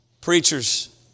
Preachers